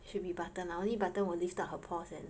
should be Button ah only Button will lift up her paws and